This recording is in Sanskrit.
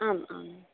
आम् आम्